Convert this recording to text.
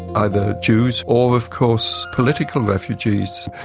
either jews or of course political refugees,